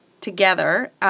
together –